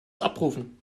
abrufen